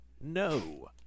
no